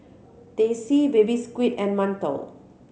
Teh C Baby Squid and mantou